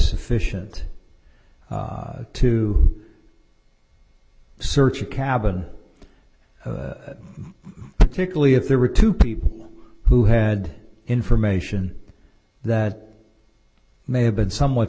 sufficient to search a cabin a particularly if there were two people who had information that may have been somewhat